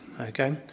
okay